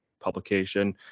publication